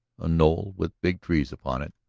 a knoll with big trees upon it.